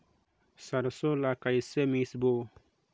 सरसो ला कइसे मिसबो?